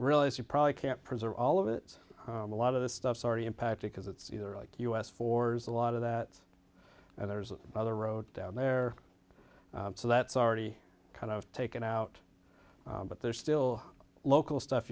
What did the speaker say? really as you probably can't preserve all of it a lot of the stuff's already impacted because it's either like us fours a lot of that and there's another road down there so that's already kind of taken out but there's still local stuff